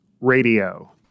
Radio